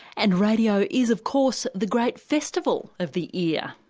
and radio is of course the great festival of the ear.